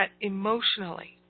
emotionally